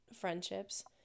friendships